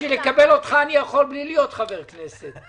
בשביל לקבל אותך אני יכול בלי להיות חבר כנסת.